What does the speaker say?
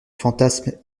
fantasme